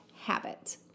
habit